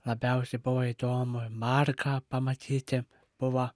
labiausiai buvo įdomu marką pamatyti buvo